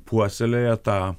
puoselėja tą